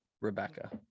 rebecca